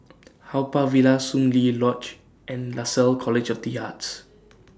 Haw Par Villa Soon Lee Lodge and Lasalle College of The Arts